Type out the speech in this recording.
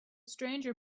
stranger